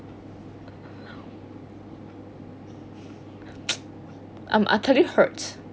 I'm I totally hurts